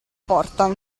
porta